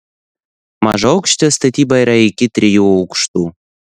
mažaaukštė statyba yra iki trijų aukštų